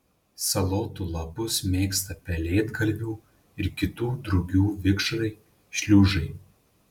salotų lapus mėgsta pelėdgalvių ir kitų drugių vikšrai šliužai